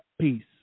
Peace